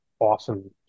Awesome